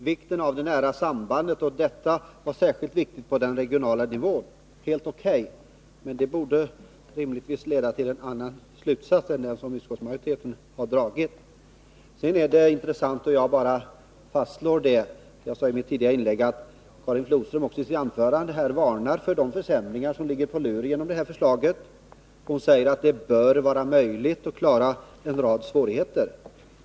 Herr talman! Karin Flodström började med att betona att det nära sambandet var särskilt viktigt på den regionala nivån. Det är helt O.K., men det borde rimligtvis ha lett till en annan slutsats än den som utskottsmajoriteten har dragit. Jag vill bara fastslå det jag sade i mitt tidigare inlägg, att det kommer att ligga försämringar på lur genom det här förslaget — Karin Flodström varnade ju också för detta i sitt anförande. Hon säger att det bör vara möjligt att klara en rad svårigheter.